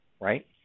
right